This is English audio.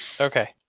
Okay